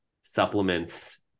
supplements